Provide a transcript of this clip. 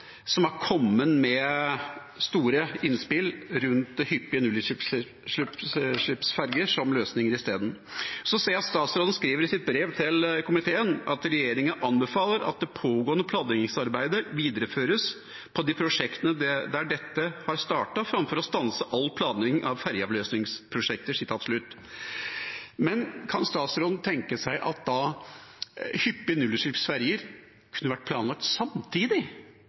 som har kommet med store innspill rundt hyppige nullutslippsferger som løsninger isteden. Jeg ser at statsråden skriver følgende i sitt brev til komiteen: «Regjeringen anbefaler at det pågående utrednings- og planleggingsarbeidet videreføres på de prosjektene der dette er startet, fremfor å stanse all planlegging av ferjeavløsningsprosjekter.» Men kan statsråden tenke seg da at hyppige nullutslippsferger kunne vært planlagt samtidig,